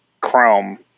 Chrome